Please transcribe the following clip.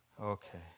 okay